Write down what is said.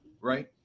right